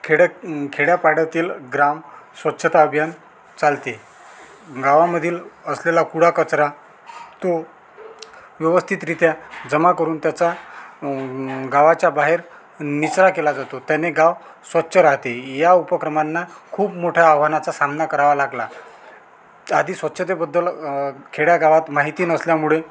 खेड्या खेड्यापाड्यातील ग्रामस्वच्छता अभियान चालते गावामधील असलेला कुडा कचरा तो व्यवस्थितरित्या जमा करून त्याचा गावाच्या बाहेर निचरा केला जातो त्याने गाव स्वच्छ राहते या उपक्रमांना खूप मोठ्या आव्हानाचा सामना करावा लागला आधी स्वच्छतेबद्दल खेड्यागावात माहिती नसल्यामुळे